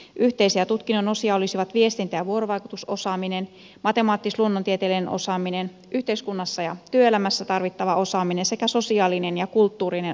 yhteisiä tutkinnonosia olisivat viestintä ja vuorovaikutusosaaminen matemaattis luonnontieteellinen osaaminen yhteiskunnassa ja työelämässä tarvittava osaaminen sekä sosiaalinen ja kulttuurinen osaaminen